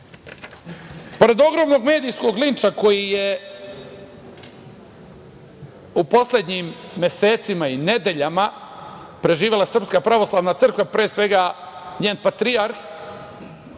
Pored ogromnog medijskog linča koji je u poslednjim mesecima i nedeljama preživela SPC, pre svega njen patrijarh,